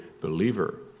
believer